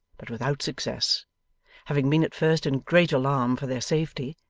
but without success having been at first in great alarm for their safety,